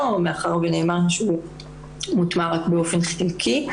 מאחר ונאמר שהוא מוטמע רק באופן חלקי.